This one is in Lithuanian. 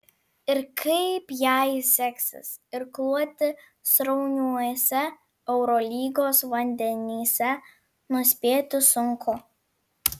ir kaip jai seksis irkluoti srauniuose eurolygos vandenyse nuspėti sunku